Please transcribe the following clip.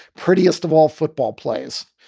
prettiest of all football plays.